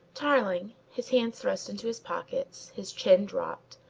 tarling, his hands thrust into his pockets, his chin dropped,